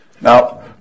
Now